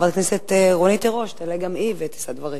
חברת הכנסת רונית תירוש תעלה גם היא ותישא דברים.